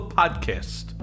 podcast